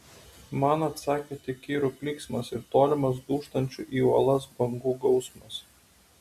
man atsakė tik kirų klyksmas ir tolimas dūžtančių į uolas bangų gausmas